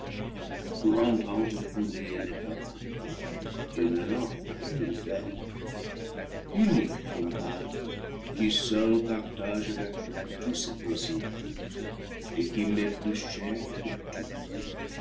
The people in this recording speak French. pour entendre couler les paroles d'une langue nouvelle unique compagne qui seule partages avec moi tous ces plai sirs et qui m'es plus chère que tout